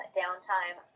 downtime